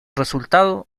resultado